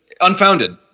unfounded